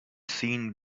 scene